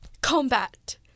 combat